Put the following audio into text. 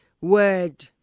word